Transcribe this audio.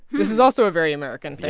this is also a very american thing.